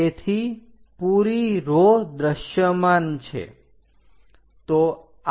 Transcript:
તેથી પૂરી રૉ દ્રશ્યમાન છે